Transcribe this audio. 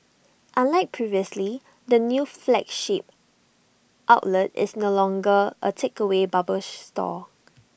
unlike previously the new flagship outlet is no longer A takeaway bubble store